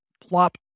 plop